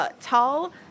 tall